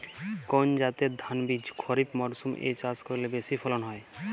কোন জাতের ধানবীজ খরিপ মরসুম এ চাষ করলে বেশি ফলন হয়?